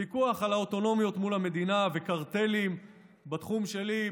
ויכוח על האוטונומיות מול המדינה וקרטלים בתחום שלי,